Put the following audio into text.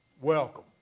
welcome